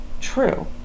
true